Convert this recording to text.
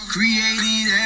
Created